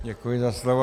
Děkuji za slovo.